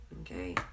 Okay